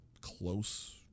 close